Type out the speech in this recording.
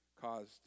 caused